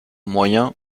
moyen